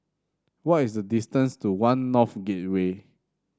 what is the distance to One North Gateway